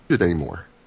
anymore